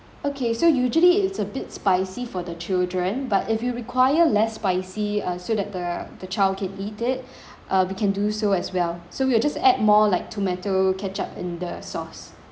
okay usually it's a bit spicy for the children but if you require less spicy uh so that the the child can eat it uh we can do so as well so we're just add more like tomato ketchup in the sauce